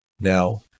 Now